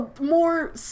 more